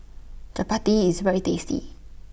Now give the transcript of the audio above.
Chapati IS very tasty